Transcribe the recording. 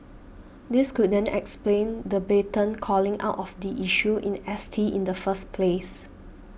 this could then explain the blatant calling out of the issue in S T in the first place